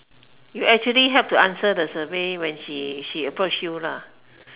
you actually help you answer the survey when she approach you lah